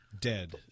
dead